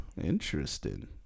interesting